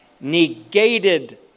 negated